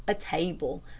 a table,